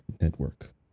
Network